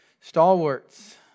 stalwarts